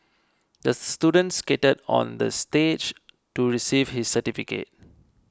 the student skated on the stage to receive his certificate